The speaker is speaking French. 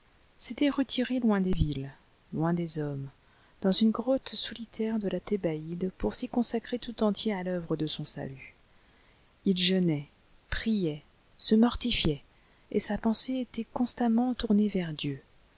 s'était retiré loin des villes loin des liommes dans une grotte solitaire de la tliébaïde pour s'y consacrer tout entier à l'œuvre de son salut il jeûnait priait se mortifiait et sa pensée était constamment tournée vers dieu